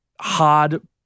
Hard